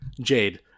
Jade